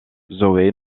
zoé